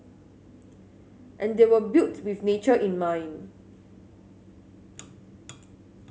and they were built with nature in mind